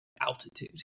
altitude